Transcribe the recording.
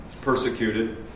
persecuted